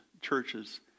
churches